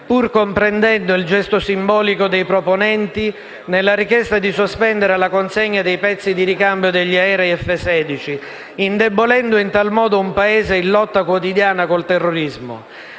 pur comprendendo il gesto simbolico dei proponenti nella richiesta di sospendere la consegna dei pezzi di ricambio degli aerei F-16, indebolendo in tal modo un Paese in lotta con il terrorismo.